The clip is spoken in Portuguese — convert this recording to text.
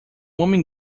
homem